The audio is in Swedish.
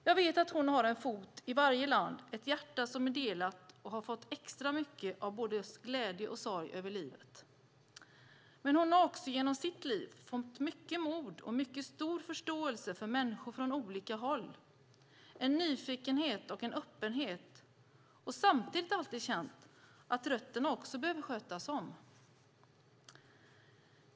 Jag vet att hon har en fot i varje land och ett hjärta som är delat och att hon har fått extra mycket av både glädje och sorg över livet. Men hon har också genom sitt liv fått mycket mod och mycket stor förståelse för människor från olika håll, en nyfikenhet och en öppenhet. Samtidigt har hon alltid känt att rötterna också behöver skötas om.